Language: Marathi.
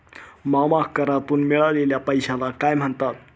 मामा करातून मिळालेल्या पैशाला काय म्हणतात?